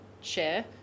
share